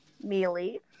Mealy